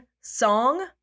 song